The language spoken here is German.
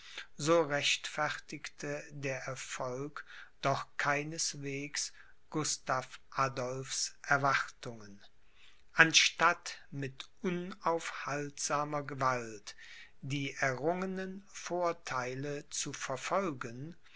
so rechtfertigte der erfolg doch keineswegs gustav adolphs erwartungen anstatt mit unaufhaltsamer gewalt die errungenen vortheile zu verfolgen